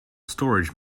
storage